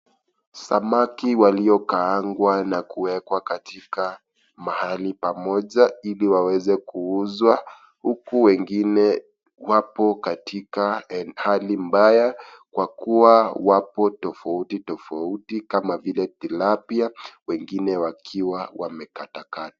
Samaki waliokaangwa na kuwekwa katika mahali pamoja ili waweze kuuzwa. Huku wengine wapo katika hali mbaya, kwakua wapo tofauti tofauti kama vile tilapia wengine wakiwa wamekatakatwa.